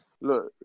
Look